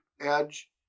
edge